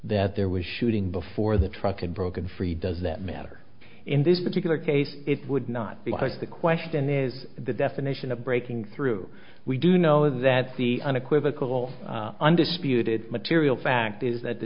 that there was shooting before the truck had broken free does that matter in this particular case it would not be but the question is the definition of breaking through we do know that the unequivocal undisputed material fact is that the